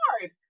Lord